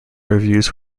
reviews